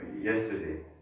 Yesterday